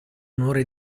onore